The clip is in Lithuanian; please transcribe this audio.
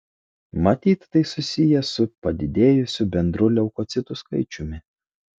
matyt tai susiję su padidėjusiu bendru leukocitų skaičiumi